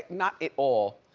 not it all,